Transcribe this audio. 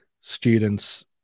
students